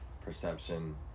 perception